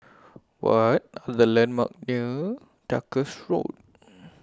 What Are The landmarks near Duchess Road